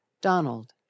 Donald